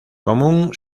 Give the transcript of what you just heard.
común